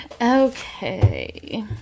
Okay